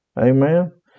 Amen